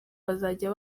bazajya